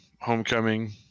homecoming